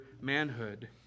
manhood